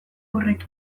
horrek